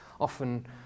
often